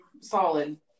solid